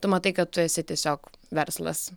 tu matai kad tu esi tiesiog verslas